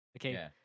Okay